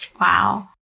Wow